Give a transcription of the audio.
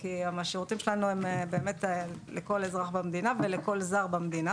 כי השירותים שלנו הם באמת לכל אזרח במדינה ולכל זר במדינה